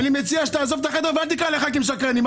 אני מציע שעכשיו תעזוב את החדר ואל תקרא לח"כים שקרנים.